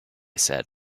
said